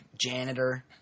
janitor